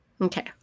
Okay